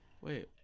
wait